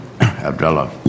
Abdullah